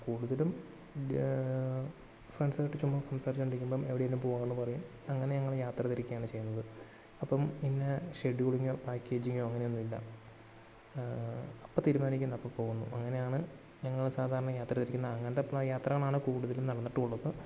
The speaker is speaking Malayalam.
കൂടുതലും ഫ്രണ്ട്സുമായിട്ട് ചുമ്മാ ഫ്രണ്ട്സുമായിട്ട് കണ്ടിരിക്കുമ്പം എവിടെയെങ്കിലും പോവാം എന്ന് പറയും അങ്ങനെ ഞങ്ങൾ യാത്ര തിരിക്കുകയാണ് ചെയ്യുന്നത് അപ്പം പിന്നെ ഷെഡ്യൂളിങ്ങോ പാക്കേജിങ്ങോ അങ്ങനെയൊന്നും ഇല്ല അപ്പം തീരുമാനിക്കുന്നു അപ്പം പോവുന്നു അങ്ങനെയാണ് ഞങ്ങൾ സാധാരണ യാത്ര തിരിക്കുന്നത് അങ്ങനെത്തെ യാത്രകളാണ് കൂടുതലും നടന്നിട്ടും ഉള്ളത്